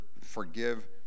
forgive